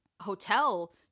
hotel